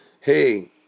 hey